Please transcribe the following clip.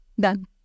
done